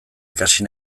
ikasi